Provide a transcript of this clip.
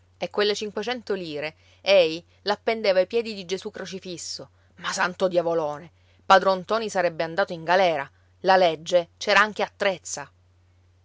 e quelle cinquecento lire ei l'appendeva ai piedi di gesù crocifisso ma santo diavolone padron ntoni sarebbe andato in galera la legge c'era anche a trezza